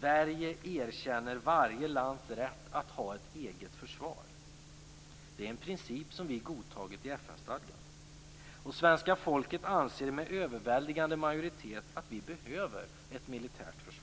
Sverige erkänner varje lands rätt att ha ett eget försvar. Det är en princip som vi godtagit i FN-stadgan. Svenska folket anser med överväldigande majoritet att vi behöver ett militärt försvar.